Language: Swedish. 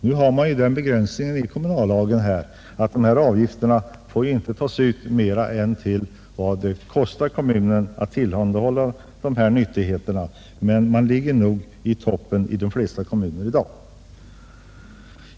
I kommunallagen föreskrives den begränsningen att avgifter inte får tas ut med högre belopp än som motsvarar kommunens kostnader för att tillhandahålla dessa nyttigheter. Men avgifterna ligger nog i toppen i de flesta kommuner i dag.